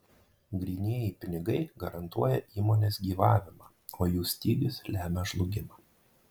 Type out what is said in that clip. grynieji pinigai garantuoja įmonės gyvavimą o jų stygius lemia žlugimą